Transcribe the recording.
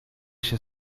się